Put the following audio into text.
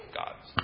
gods